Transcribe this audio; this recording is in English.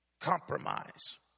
compromise